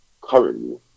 Currently